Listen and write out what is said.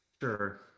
Sure